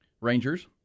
Rangers